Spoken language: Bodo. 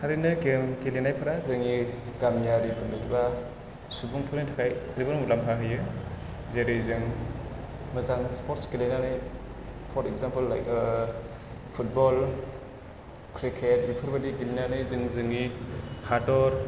थारैनो गेम गेलेनायफोरा जोंनि गामायारि बा सुबुंफोरनि थाखाय जोबोर मुलाम्फा होयो जेरै जों मोजां स्पर्थस गेलेनानै for example like football cricket बेफोरबायदि गेलेनायानो जों जोंनि हादर